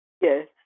Yes